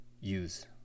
use